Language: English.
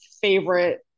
favorite